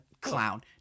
Clown